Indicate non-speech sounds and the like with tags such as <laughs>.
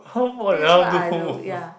<noise> walao do homework <laughs>